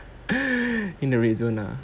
in the red zone ah